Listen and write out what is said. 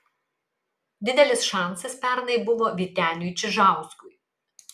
didelis šansas pernai buvo vyteniui čižauskui